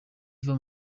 iva